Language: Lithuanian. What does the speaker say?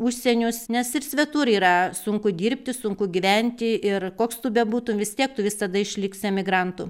užsienius nes ir svetur yra sunku dirbti sunku gyventi ir koks tu bebūtum vis tiek tu visada išliksi emigrantu